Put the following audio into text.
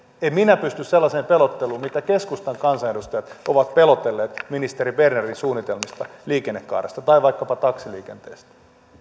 en minä pysty sellaiseen pelotteluun mitä keskustan kansanedustajat ovat pelotelleet ministeri bernerin suunnitelmista liikennekaaresta tai vaikkapa taksiliikenteestä